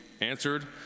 answered